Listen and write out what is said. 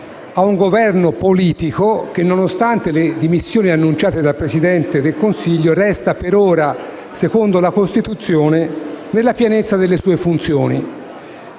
a un Governo politico che, nonostante le dimissioni annunciate dal Presidente del Consiglio, resta per ora, secondo la Costituzione, nella pienezza delle sue funzioni.